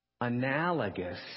analogous